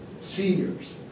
seniors